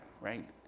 right